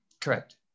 Correct